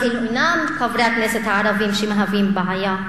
אז אלו אינם חברי הכנסת הערבים שמהווים בעיה.